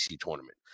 tournament